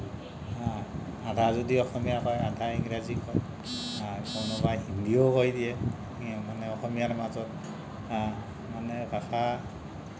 আধা যদি অসমীয়া কয় আধা ইংৰাজী কয় কোনোবাই হিন্দীও কৈ দিয়ে মানে অসমীয়াৰ মাজত মানে ভাষা